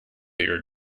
your